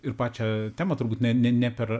ir pačią temą turbūt ne ne ne per